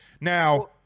Now